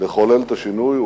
לחולל את השינוי,